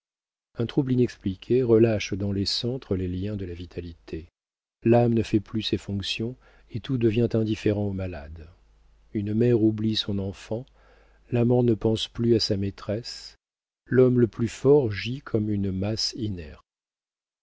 un trouble inexpliqué relâche dans les centres les liens de la vitalité l'âme ne fait plus ses fonctions et tout devient indifférent au malade une mère oublie son enfant l'amant ne pense plus à sa maîtresse l'homme le plus fort gît comme une masse inerte